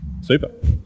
super